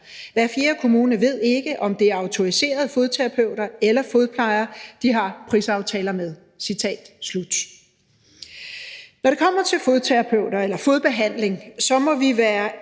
Hver fjerde kommune ved ikke, om det er statsautoriserede fodterapeuter eller fodplejere, de har prisaftaler med.« Når det kommer til fodbehandling, må vi være